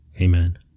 Amen